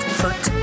foot